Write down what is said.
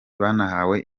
banahawe